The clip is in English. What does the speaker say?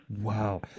Wow